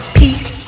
peace